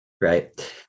right